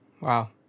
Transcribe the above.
Wow